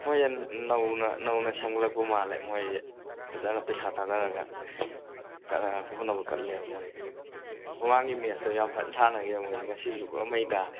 ꯃꯣꯏ ꯅꯧꯅ ꯅꯧꯅ ꯁꯦꯝꯒꯠꯂꯛꯄ ꯃꯥꯜꯂꯦ ꯃꯣꯏꯖꯦ ꯐꯖꯅ ꯄꯩꯁꯥ ꯊꯥꯗꯔꯒ ꯀꯅꯥ ꯍꯣꯅꯕ ꯀꯜꯂꯦ ꯃꯣꯏꯖꯦ ꯃꯃꯥꯡꯒꯤ ꯃꯦꯠꯆꯇꯣ ꯌꯥꯝ ꯐꯖꯅ ꯁꯥꯟꯅꯈꯤꯑꯕ ꯃꯣꯏꯖꯦ ꯉꯁꯤꯖꯨ ꯄꯨꯔꯥ ꯃꯩ ꯇꯥꯔꯦ